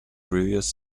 previous